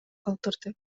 калтырды